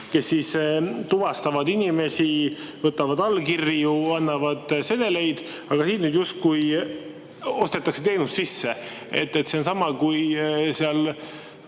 kes tuvastavad inimesi, võtavad allkirju, annavad sedeleid. Aga siin nüüd justkui ostetakse teenust sisse. See on sama, kui seal